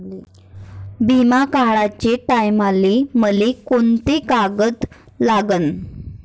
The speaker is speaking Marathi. बिमा काढाचे टायमाले मले कोंते कागद लागन?